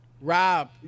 Rob